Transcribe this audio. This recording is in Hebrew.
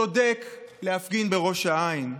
צריך להפגין בראש העין,